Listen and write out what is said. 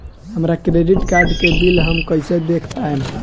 हमरा credit card के bill हम कइसे देख पाएम?